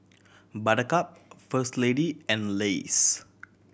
Buttercup First Lady and Lays